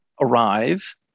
arrive